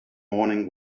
morning